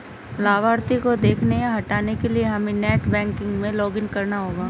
लाभार्थी को देखने या हटाने के लिए हमे नेट बैंकिंग में लॉगिन करना होगा